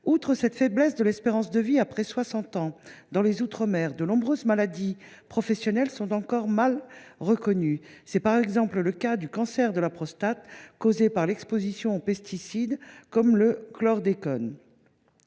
Outre cette faiblesse de l’espérance de vie après 60 ans dans les outre mer, de nombreuses maladies professionnelles sont encore mal reconnues. C’est notamment le cas du cancer de la prostate, causé par l’exposition aux pesticides tels que le chlordécone.